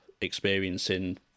experiencing